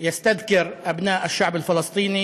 זה בני העם הפלסטיני